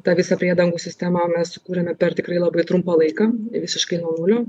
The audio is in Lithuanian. ta visą priedangų sistemą mes kuriame per tikrai labai trumpą laiką visiškai normaliu